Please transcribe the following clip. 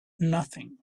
nothing